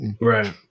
Right